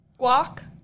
guac